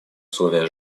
условия